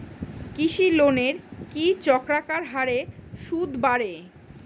কৃষি লোনের কি চক্রাকার হারে সুদ বাড়ে?